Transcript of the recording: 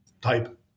type